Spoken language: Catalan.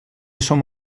som